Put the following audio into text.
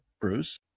Bruce